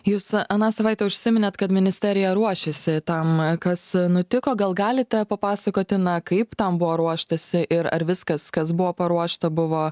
jūs aną savaitę užsiminėt kad ministerija ruošėsi tam kas nutiko gal galite papasakoti na kaip tam buvo ruoštasi ir ar viskas kas buvo paruošta buvo